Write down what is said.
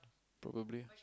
probably